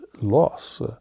loss